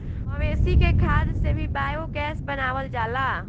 मवेशी के खाद से भी बायोगैस बनावल जाला